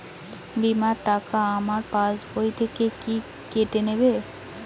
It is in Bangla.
বিমার টাকা আমার পাশ বই থেকে কি কেটে নেবে?